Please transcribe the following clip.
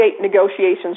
negotiations